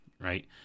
right